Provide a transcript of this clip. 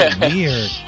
weird